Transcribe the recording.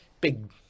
big